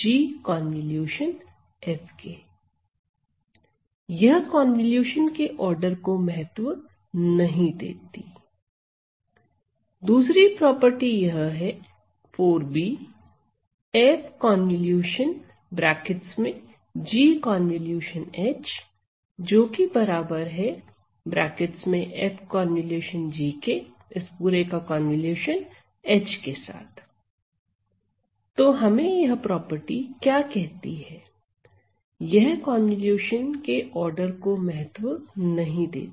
g g ∗ f यह convolution के order को महत्व नहीं देती दूसरी प्रॉपर्टी यह है 4 f ∗ g ∗ h f ∗ g ∗ h तो हमें यह प्रॉपर्टी क्या कहती है यह कन्वॉल्यूशन के ऑर्डर को महत्व नहीं देती